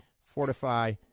Fortify